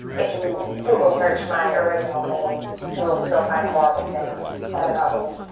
if you google search my original name you will still find horrible things said about me.